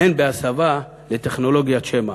והן הסבה לטכנולוגיית שמע.